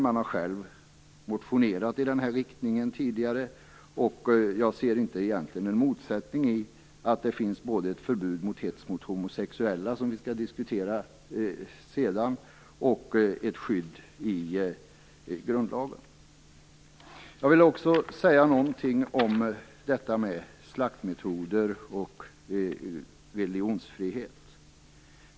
De har ju själva motionerat i den här riktningen tidigare, och jag ser egentligen inte någon motsättning i att det skulle finnas både ett förbud mot hets mot homosexuella - det skall vi diskutera sedan - och ett skydd i grundlagen. Jag vill också säga något om slaktmetoder och religionsfrihet.